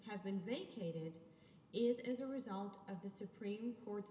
have been vacated is as a result of the supreme court's